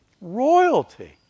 Royalty